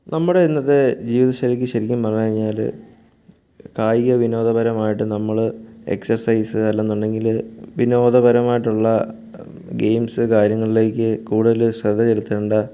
നമ്മുടെ ഇന്നത്തെ ജീവിത ശൈലി ശരിക്കും പറഞ്ഞു കഴിഞ്ഞാൽ വിനോദപരമായിട്ട് നമ്മൾ എക്സ്ർസൈസ് അല്ലെന്നുണ്ടെങ്കിൽ വിനോദപരമായിട്ടുള്ള ഗെയിംസ് കാര്യങ്ങളിലേക്ക് കൂടുതൽ ശ്രദ്ധ ചെലുത്തേണ്ട